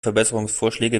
verbesserungsvorschläge